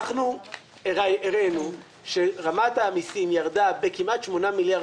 אנחנו הראנו שרמת המסים ירדה בכמעט 8 מיליארד